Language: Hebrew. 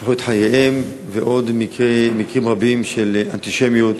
קיפחו את חייהם, ועוד, מקרים רבים של אנטישמיות